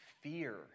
fear